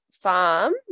farm